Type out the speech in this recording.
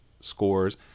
scores